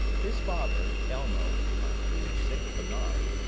his father, elmo, a huge st. bernard,